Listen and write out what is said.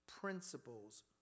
principles